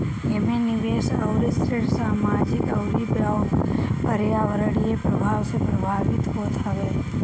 एमे निवेश अउरी ऋण सामाजिक अउरी पर्यावरणीय प्रभाव से प्रभावित होत हवे